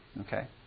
okay